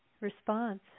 response